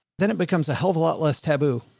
then it becomes a hell of a lot less taboo.